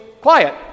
Quiet